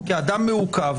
כי אדם מעוכב,